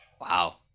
Wow